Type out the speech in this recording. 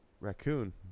raccoon